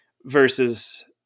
versus